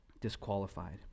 disqualified